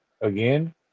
again